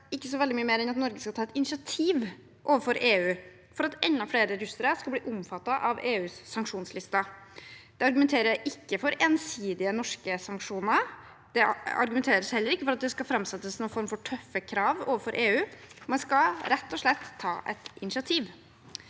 veldig mye mer enn at Norge skal ta et initiativ overfor EU for at enda flere russere skal bli omfattet av EUs sanksjonslister. Det argumenteres ikke for ensidige norske sanksjoner. Det argumenteres heller ikke for at det skal framsettes noen form for tøffe krav overfor EU. Man skal ha rett og slett ta et initiativ.